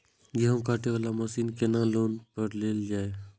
गेहूँ काटे वाला मशीन केना लोन पर लेल जाय?